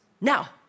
Now